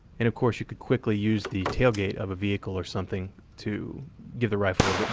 and of course you could quickly use the tailgate of a vehicle or something to give the rifle